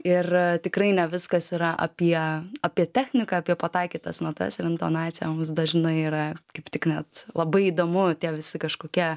ir tikrai ne viskas yra apie apie techniką apie pataikytas natas ir intonaciją mums dažnai yra kaip tik net labai įdomu tie visi kažkokie